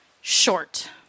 Short